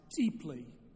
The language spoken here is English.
deeply